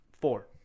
Four